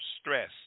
stress